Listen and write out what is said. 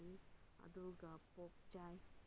ꯑꯗꯨꯒ